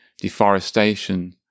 deforestation